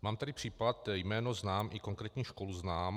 Mám tady případ, jméno znám i konkrétní školu znám.